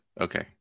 Okay